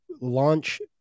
launch